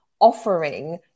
offering